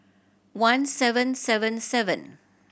one seven seven seven